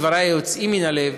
דברי היוצאים מן הלב,